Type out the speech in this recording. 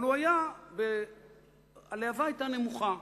אבל הלהבה היתה נמוכה,